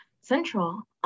Central